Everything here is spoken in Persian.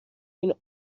این